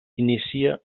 inicia